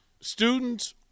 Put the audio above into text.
students